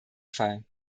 fall